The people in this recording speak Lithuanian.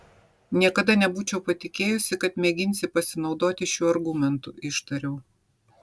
niekada nebūčiau patikėjusi kad mėginsi pasinaudoti šiuo argumentu ištariau